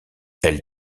elle